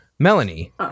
Melanie